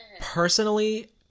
Personally